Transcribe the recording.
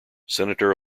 senator